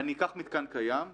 אני אקח מתקן קיים,